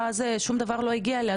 שום דבר לא הגיע אליה,